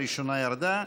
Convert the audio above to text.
הראשונה ירדה.